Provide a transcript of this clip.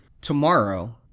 tomorrow